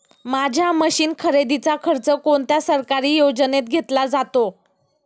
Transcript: माझ्या मशीन खरेदीचा खर्च कोणत्या सरकारी योजनेत घेतला जातो?